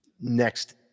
next